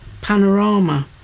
panorama